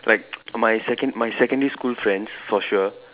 like my second my secondary school friends for sure